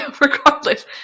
Regardless